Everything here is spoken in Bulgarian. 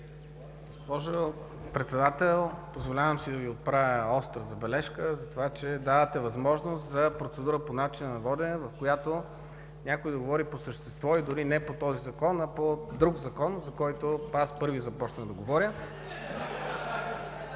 Госпожо Председател, позволявам си да Ви отправя остра забележка за това, че давате възможност за процедура по начина на водене, в която някой да говори по същество и дори не по този Закон, а по друг Закон, за който аз пръв започнах да говоря.